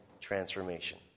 transformation